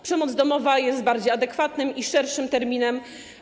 Przemoc domowa” jest bardziej adekwatnym i szerszym terminem.